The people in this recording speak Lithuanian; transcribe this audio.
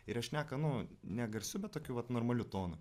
ir jie šneka nu negarsiu bet tokiu vat normaliu tonu